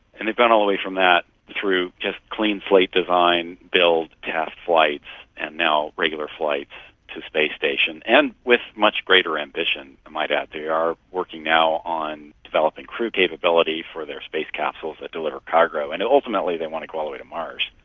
and they've gone all the way from that through just clean-slate design, build, test flights and now regular flights to space station, and with much greater ambition, i might add. they are working now on developing crew capability for their space capsules that deliver cargo, and and ultimately they want to go all the way to mars.